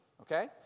okay